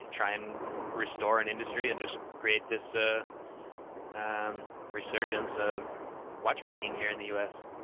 try and restore an industry, and just create this ah um resurgence of watchmaking here in the u s.